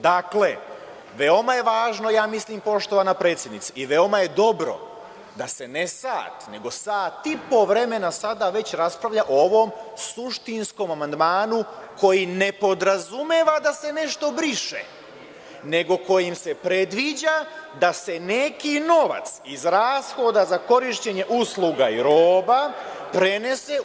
Dakle, veoma je važno, mislim, poštovana predsednice, i veoma je dobro da se ne sat, nego sat i po vremena, sada već raspravlja o ovom suštinskom amandmanu koji ne podrazumeva da se nešto briše, nego kojim se predviđa da se neki novac iz rashoda za korišćenje usluga i roba prenese u…